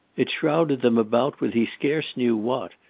it shrouded them about with he scarce knew what,